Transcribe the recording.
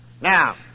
Now